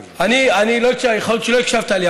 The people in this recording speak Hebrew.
יכול להיות שלא הקשבת לי.